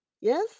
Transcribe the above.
Yes